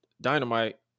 Dynamite